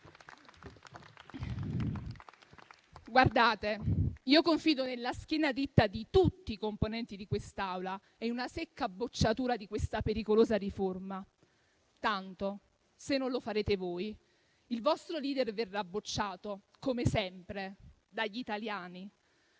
Guardate, io confido nella schiena dritta di tutti i componenti di quest'Assemblea e in una secca bocciatura di questa pericolosa riforma. Tanto, se non lo farete voi, il vostro *leader* verrà bocciato, come sempre, dagli italiani.